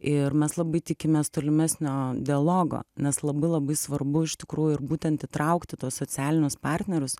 ir mes labai tikimės tolimesnio dialogo nes labai labai svarbu iš tikrųjų ir būtent įtraukti tuos socialinius partnerius